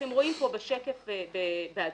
אתם רואים פה, בשקף, באדום